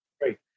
Great